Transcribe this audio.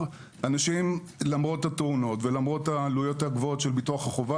אנשים למרות התאונות ולמרות העלויות הגבוהות של ביטוח החובה